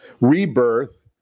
rebirth